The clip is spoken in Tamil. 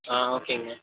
ஆ ஓகேங்க